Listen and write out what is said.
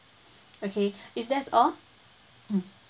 okay is that's all mm